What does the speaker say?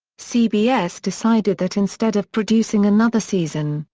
cbs decided that instead of producing another season,